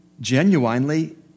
genuinely